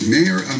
Mayor